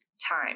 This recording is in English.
time